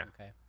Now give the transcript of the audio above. Okay